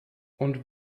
und